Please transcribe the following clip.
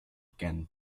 began